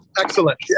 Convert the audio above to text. Excellent